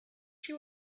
she